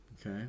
Okay